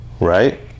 Right